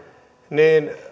niin